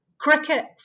cricket